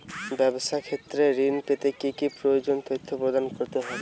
ব্যাবসা ক্ষেত্রে ঋণ পেতে কি কি প্রয়োজনীয় তথ্য প্রদান করতে হবে?